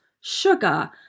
Sugar